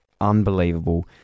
unbelievable